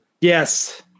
Yes